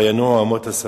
וינועו אמות הספים,